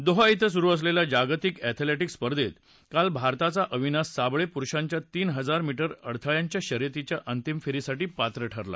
Doha डें सुरु असलेल्या जागतिक अध्येलेटिक्स स्पर्धेत काल भारताचा अविनाश सावळे पुरुषांच्या तीन हजार मीटर अडथळ्याच्या शर्यतीच्या अंतिम फेरीसाठी पात्र ठरला